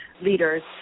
leaders